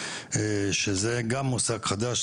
שזה גם מושג חדש,